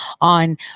on